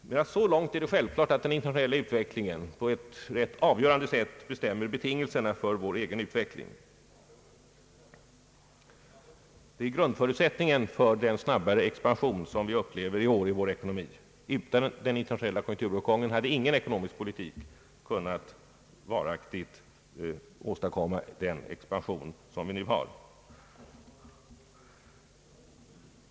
Det är självklart att den internationella utvecklingen på ett rätt avgörande sätt bestämmer betingelserna för vår egen utveckling. Den är grundförutsättningen för den snabbare expansion som vi upplever i år i vår ekonomi. Utan den internationella konjunkturuppgången hade ingen ekonomisk politik kunnat varaktigt åstadkomma den expansion som vi nu har.